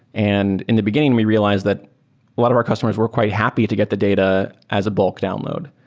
and in the beginning, we realized that a lot of our customers were quite happy to get the data as a bulk download.